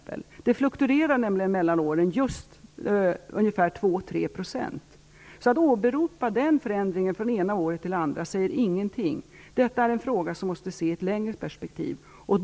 Siffran fluktuerar nämligen från år till år just ungefär 2-3 %. Att åberopa den förändringen från det ena året till det andra säger alltså ingenting. Detta är en fråga som måste ses i ett längre perspektiv.